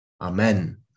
Amen